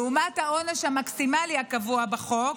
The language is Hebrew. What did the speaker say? לעומת העונש המקסימלי הקבוע בחוק,